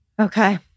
Okay